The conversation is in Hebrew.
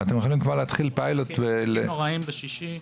יש פקקים נוראיים בשישי.